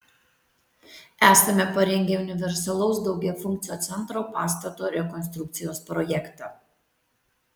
esame parengę universalaus daugiafunkcio centro pastato rekonstrukcijos projektą